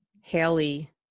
Haley